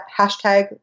hashtag